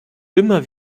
immer